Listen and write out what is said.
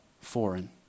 foreign